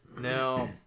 Now